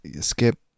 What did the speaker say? skip